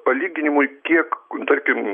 palyginimui kiek tarkim